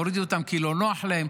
הורידו אותם כי לא נוח להם,